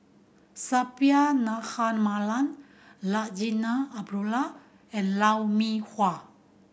Suppiah Dhanabalan Larinah Abdullah and Lou Mee Wah